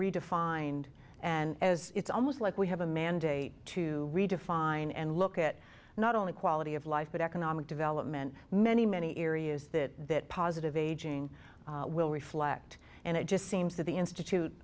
redefined and as it's almost like we have a mandate to redefine and look at not only quality of life but economic development many many areas that positive aging will reflect and it just seems that the institute